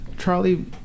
Charlie